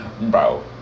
bro